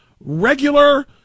regular